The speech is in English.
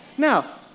Now